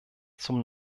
zum